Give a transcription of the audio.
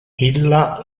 illa